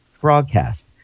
broadcast